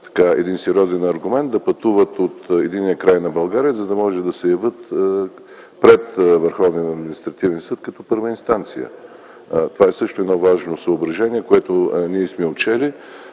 един сериозен аргумент, гражданите да пътуват от единия до другия край на България, за да могат да се явят пред Върховния административен съд като първа инстанция. Това е също важно съображение, което ние сме отчели.